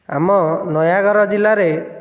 ଆମ ନୟାଗଡ଼ ଜିଲ୍ଲାରେ